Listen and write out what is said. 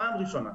פעם ראשונה.